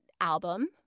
album